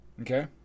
Okay